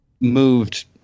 moved